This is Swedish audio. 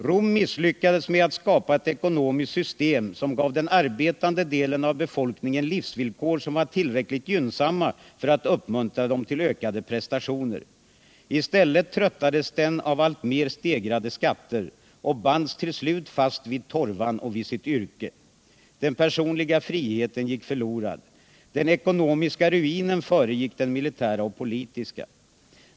—-- Rom misslyckades med att skapa ett ekonomiskt system, som gav den arbetande delen av befolkningen livsvillkor, som var tillräckligt gynn samma för att uppmuntra dem till ökade prestationer. I stället tröttades den av allt mer stegrade skatter och bands till slut fast vid torvan eller vid sitt yrke. Den personliga friheten gick förlorad. Den ekonomiska ruinen föregick den militära och politiska.